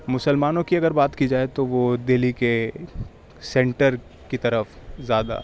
مسلمانوں کی اگر بات کی جائے تو وہ دہلی کے سینٹر کی طرف زیادہ